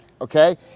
Okay